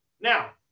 Now